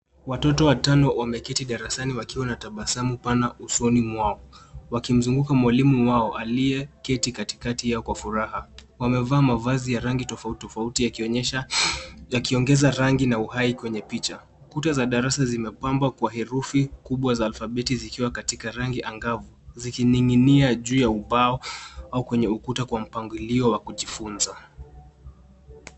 Watoto watano wameketi darasani wakiwa na tabasamu pana usoni mwao, Wakimzunguka mwalimu wao aliyeketi katikati yao kwa furaha. Wamevaa mavazi ya rangi tofauti, tofauti yakiongeza rangi na uhai kwenye picha. Kuta za darasa zimepambwa kwa herufi kubwa za alfabeti zikiwa katika rangi angavu, zikining'inia juu ya ubao au kwenye ukuta kwa mpangilio wa kujifunza.